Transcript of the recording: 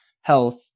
health